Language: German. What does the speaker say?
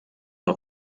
auf